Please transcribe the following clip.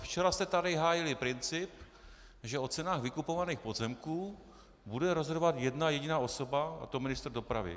Včera jste tady hájili princip, že o cenách vykupovaných pozemků bude rozhodovat jedna jediná osoba, a to ministr dopravy.